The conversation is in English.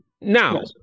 Now